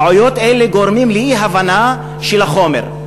טעויות אלה גורמות לאי-הבנה של החומר.